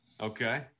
Okay